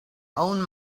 own